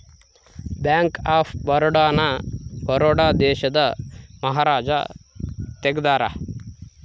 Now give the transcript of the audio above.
bank of Baroda ನ ಬರೋಡ ದೇಶದ ಮಹಾರಾಜ ತೆಗ್ದಾರ